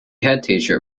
headteacher